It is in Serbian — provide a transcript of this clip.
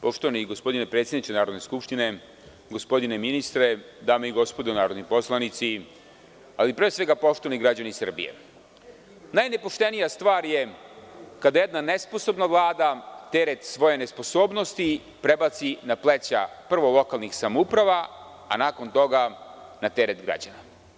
Poštovani gospodine predsedniče Narodne skupštine, gospodine ministre, dame i gospodo narodni poslanici, ali pre svega građani Srbije, najnepoštenija stvar je kada jedna nesposobna Vlada teret svoje nesposobnosti prebaci na pleća, prvo lokalnih samouprava, a nakon toga na teret građana.